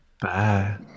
Bye